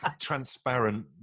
Transparent